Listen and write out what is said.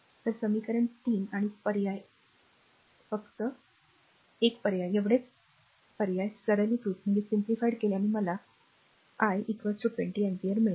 तर समीकरण 3 आणि फक्त एक पर्याय एवढेच पर्याय आणि सरलीकृत केल्याने मला 1 20 अँपिअर मिळेल